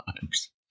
times